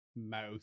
Mouth